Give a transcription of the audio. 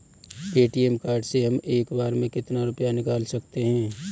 ATM card से हम एक बार में कितना रुपया निकाल सकते हैं?